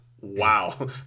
wow